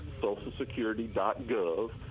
socialsecurity.gov